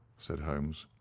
said holmes.